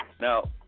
Now